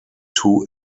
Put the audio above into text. two